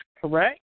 correct